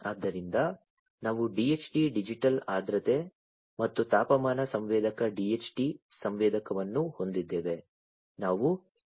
ಆದ್ದರಿಂದ ನಾವು DHT digital ಆರ್ದ್ರತೆ ಮತ್ತು ತಾಪಮಾನ ಸಂವೇದಕ DHT ಸಂವೇದಕವನ್ನು ಹೊಂದಿದ್ದೇವೆ